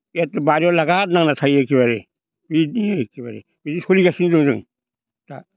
बारियाव लागार नांना थायो एखेबारे बिदिनो एखेबारे बिदिनो सोलिगासिनो दं जों दा